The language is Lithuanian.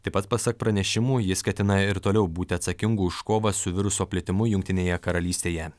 taip pat pasak pranešimų jis ketina ir toliau būti atsakingu už kovą su viruso plitimu jungtinėje karalystėje